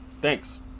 Thanks